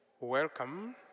Welcome